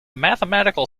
mathematical